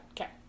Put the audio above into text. Okay